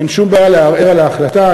אין שום בעיה לערער על ההחלטה.